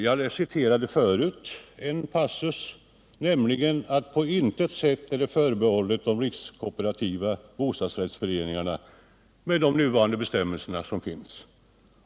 Jag citerade förut en passus i svaret, nämligen den där det framhölls att med de nuvarande bestämmelserna en 99-procentig belåning på intet sätt är förbehållen de rikskooperativa bostadsrättsföreningarna.